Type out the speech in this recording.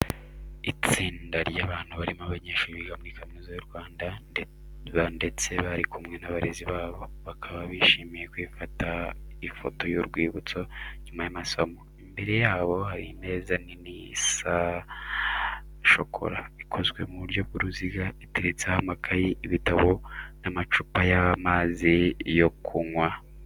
Intsinda ry'abantu harimo abanyeshuri biga muri Kaminuza y'u Rwanda ndetse bari kumwe n'abarezi babo. Bakaba bishimiye kwifata ifoto y'urwibutso nyuma y'amasomo. Imbere yabo hari imeza nini isa shokora, ikozwe mu buryo bw'uruziga, iteretseho amakayi, ibitabo n'amacupa y'amazi yo kunywa.